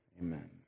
amen